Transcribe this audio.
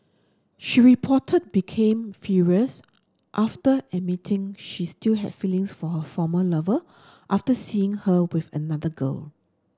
she reportedly became furious after admitting she still had feelings for her former lover after seeing her with another girl